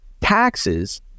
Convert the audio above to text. taxes